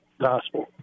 gospel